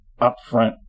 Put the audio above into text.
upfront